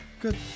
Good